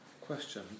Question